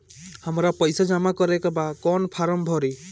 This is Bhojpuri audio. हमरा पइसा जमा करेके बा कवन फारम भरी?